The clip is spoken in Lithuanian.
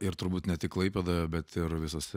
ir turbūt ne tik klaipėdoje bet ir visos